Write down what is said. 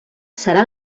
serà